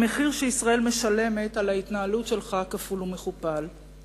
המחיר שישראל משלמת על ההתנהלות שלך כפול ומכופל.